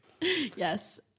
yes